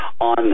on